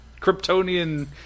Kryptonian